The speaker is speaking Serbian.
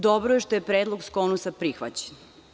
Dobro je što je predlog SKONUS-a prihvaćen.